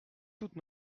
toute